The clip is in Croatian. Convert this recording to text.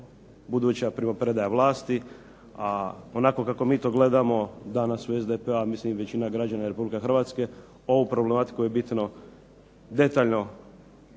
buduća primopredaja vlasti, a onako kako mi to gledamo danas u SDP-u a mislimo i većina građana Republike Hrvatske ovu problematiku je bitno detaljno